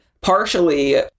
partially